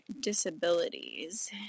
disabilities